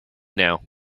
now